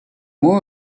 more